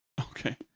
Okay